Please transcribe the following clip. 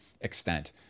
extent